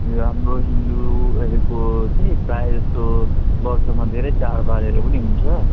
र हाम्रो हिन्दुहरूको चाहिँ प्राय जस्तो वर्षमा धेरै चाडबाडहरू पनि हुन्छ